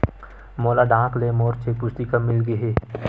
मोला डाक ले मोर चेक पुस्तिका मिल गे हे